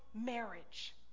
marriage